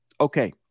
Okay